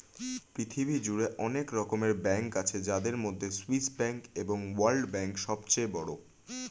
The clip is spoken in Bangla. পৃথিবী জুড়ে অনেক রকমের ব্যাঙ্ক আছে যাদের মধ্যে সুইস ব্যাঙ্ক এবং ওয়ার্ল্ড ব্যাঙ্ক সবচেয়ে বড়